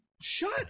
shut